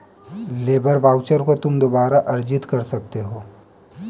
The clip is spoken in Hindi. लेबर वाउचर को तुम दोबारा अर्जित कर सकते हो